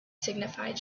signified